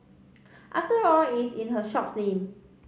after all it's in her shop's name